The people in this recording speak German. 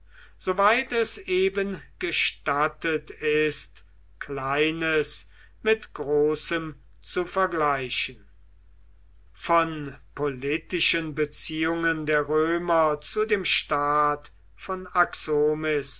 es eben gestattet ist kleines mit großem zu vergleichen von politischen beziehungen der römer zu dem staat von